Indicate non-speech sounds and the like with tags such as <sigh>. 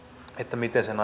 miten sen <unintelligible>